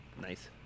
nice